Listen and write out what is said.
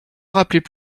rappelaient